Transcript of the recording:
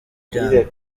aryamye